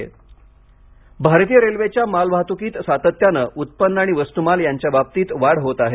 railway भारतीय रेल्वेच्या मालवाहतुकीत सातत्याने उत्पन्न आणि वस्तुमाल यांच्या बाबतीत वाढ होत आहे